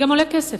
זה גם עולה כסף.